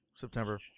September